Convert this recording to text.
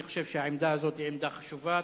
אני חושב שהעמדה הזאת היא עמדה חשובה.